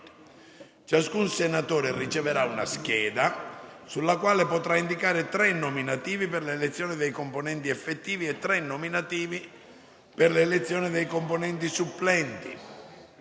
Ciascun senatore riceverà una scheda sulla quale potrà indicare tre nominativi per l'elezione dei componenti effettivi e tre nominativi per l'elezione dei componenti supplenti.